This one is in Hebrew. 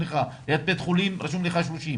ליד בית חולים רשום לך 30 קמ"ש,